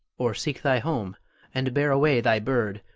or seek thy home and bear away thy bird,